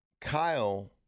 Kyle